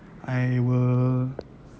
I will